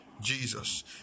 jesus